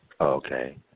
Okay